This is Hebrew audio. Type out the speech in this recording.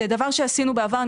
זה דבר שעשינו בעבר.